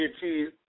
cheese